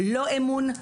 לא אמון,